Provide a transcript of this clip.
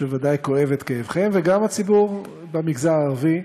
שבוודאי כואב את כאבכם, וגם הציבור במגזר הערבי,